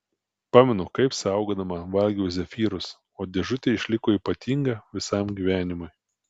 pamenu kaip saugodama valgiau zefyrus o dėžutė išliko ypatinga visam gyvenimui